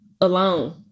alone